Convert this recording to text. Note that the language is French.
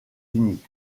unis